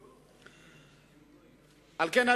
על כן,